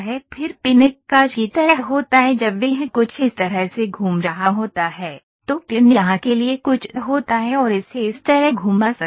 फिर पिन एक काज की तरह होता है जब वह कुछ इस तरह से घूम रहा होता है तो पिन यहां के लिए कुछ होता है और इसे इस तरह घुमा सकते हैं